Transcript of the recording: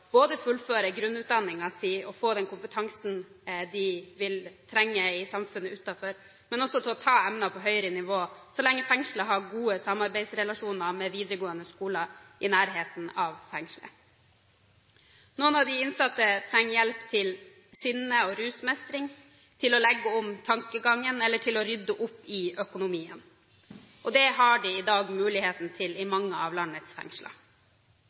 og få den kompetansen de vil trenge i samfunnet utenfor, og å ta emner på høyere nivå så lenge fengselet har gode samarbeidsrelasjoner med videregående skoler i nærheten av fengselet. Noen av de innsatte trenger hjelp til sinne- og rusmestring, til å legge om tankegangen eller til å rydde opp i økonomien. Det har de i dag muligheten til i mange av landets fengsler.